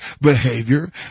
behavior